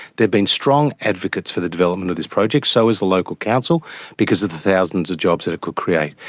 they have been strong advocates for the development of this project, so has the local council because of the thousands of jobs it could create.